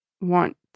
want